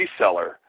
reseller